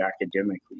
academically